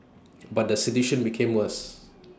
but the situation became worse